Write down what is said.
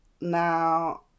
now